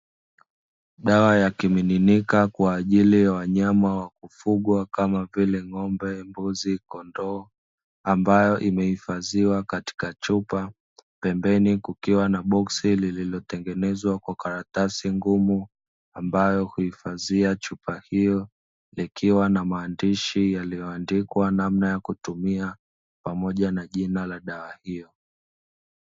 Dawa ya kimiminika kwa ajili ya wanyama wakufugwa kama vile ng'ombe, mbuzi, kondoo ambayo imehifadhiwa katika chupa pembeni kukiwa na boksi lililotengenezwa kwa karatasi ngumu ambalo huhifadhia chupa hio ikiwa na maandishi yalioandikwa namna ya kutumia pamoja na jina la dawa hio.